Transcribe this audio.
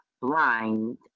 blind